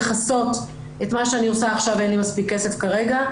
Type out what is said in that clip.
לכסות את מה שאני עושה עכשיו אין לי מספיק כסף כרגע,